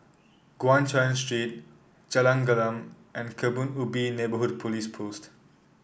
Guan Chuan Street Jalan Gelam and Kebun Ubi Neighbourhood Police Post